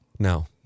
No